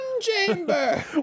chamber